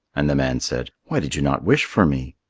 and the man said, why did you not wish for me?